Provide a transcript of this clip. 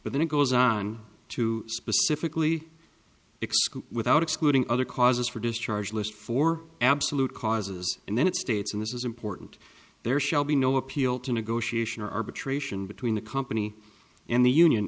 but then it goes on to specifically exclude without excluding other causes for discharge list for absolute causes and then it states and this is important there shall be no appeal to negotiation or arbitration between the company and the union